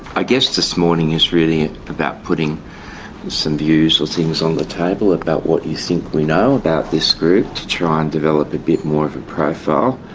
i guess this morning is really about putting some views or things on the table about what you think we know about this group to try and develop a bit more of a profile.